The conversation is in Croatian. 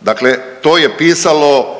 Dakle to je pisalo